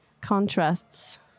contrasts